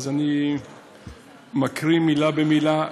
אז אני מקריא מילה במילה,